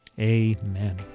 amen